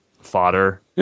fodder